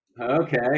Okay